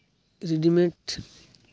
readymade